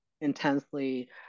intensely